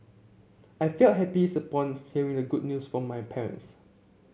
I felt happy hearing the good news from my parents